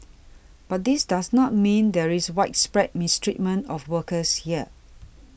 but this does not mean there is widespread mistreatment of workers here